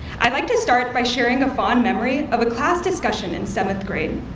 i'd like to start by sharing a fond memory of a class discussion in seventh grade.